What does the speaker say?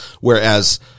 Whereas